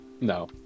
No